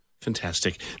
Fantastic